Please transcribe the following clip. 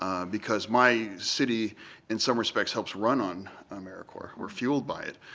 um because my city in some respects helps run on americorps. we're fueled by it.